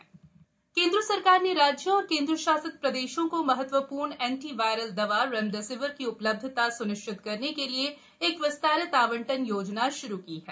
remdesivir वितरण केंद्र सरकार ने राज्यों और केंद्रशासित प्रदेशों को महत्व ूर्ण एंटी वायरल दवा रेमडेसिवर की उ लब्धता स्निश्चित करने के लिए एक विस्तारित आवंटन योजना श्रू की है